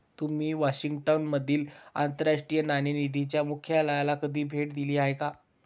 तुम्ही वॉशिंग्टन मधील आंतरराष्ट्रीय नाणेनिधीच्या मुख्यालयाला कधी भेट दिली आहे का?